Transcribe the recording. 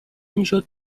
میشد